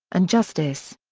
and justice.